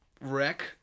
wreck